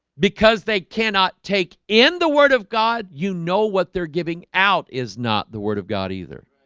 because they cannot take in the word of god. you know, what they're giving out is not the word of god either